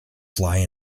fly